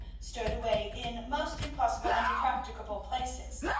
stowed away in most impossible and impracticable places,